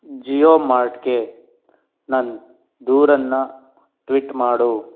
ಜಿಯೋ ಮಾರ್ಟ್ಗೆ ನನ್ನ ದೂರನ್ನು ಟ್ವಿಟ್ ಮಾಡು